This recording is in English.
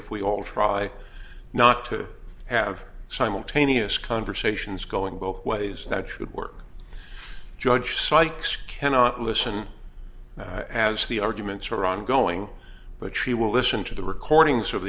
if we all try not to have simultaneous conversations going both ways that should work judge sykes cannot listen as the arguments are ongoing but she will listen to the recordings of